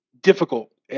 difficult